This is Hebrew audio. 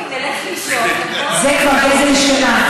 זה כבר גזל שינה.